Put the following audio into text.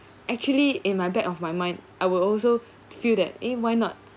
actually in my back of my mind I will also feel that eh why not